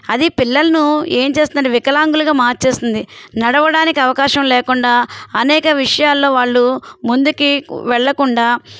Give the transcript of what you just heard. అది పిల్లలను ఏం చేస్తుందంటే వికలాంగులుగా మార్చేస్తుంది నడవడానికి అవకాశం లేకుండా అనేక విషయాల్లో వాళ్ళు ముందుకి వెళ్ళకుండా